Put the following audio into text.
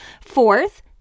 Fourth